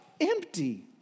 empty